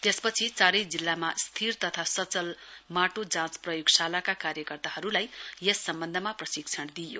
त्यसपछि चारै जिल्लामा स्थिर तथा संचल माटो जाँच प्रयोगशालाका कार्यकर्तालाई यस सम्वन्धमा प्रशिक्षण दिइयो